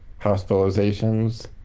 hospitalizations